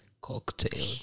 Cocktail